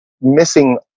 missing